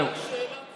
זהו.